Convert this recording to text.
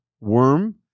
worm